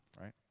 right